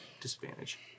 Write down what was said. Disadvantage